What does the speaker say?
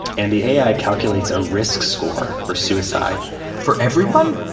and the a i. calculates a risk score for suicide for everyone,